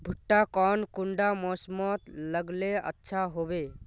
भुट्टा कौन कुंडा मोसमोत लगले अच्छा होबे?